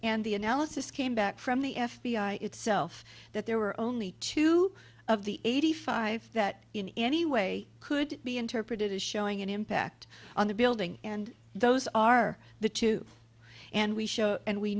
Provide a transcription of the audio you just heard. and the analysis came back from the f b i itself that there were only two of the eighty five that in any way could be interpreted as showing an impact on the building and those are the two and we show and we